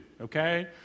okay